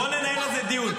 בואי ננהל על זה דיון.